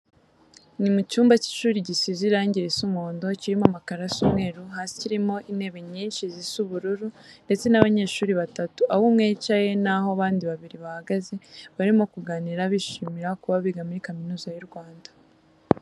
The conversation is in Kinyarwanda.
Ni mu cyumba cy'ishuri gisize irange risa umuhondo, kirimo amakaro asa umweru hasi. Kirimo intebe nyinshi zisa ubururu ndetse n'abanyeshuri batatu, aho umwe yicaye naho abandi babiri bahagaze. Barimo kuganira bishimira kuba biga muri Kaminuza y'u Rwanda.